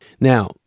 Now